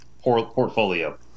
portfolio